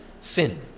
sin